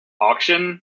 auction